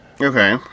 Okay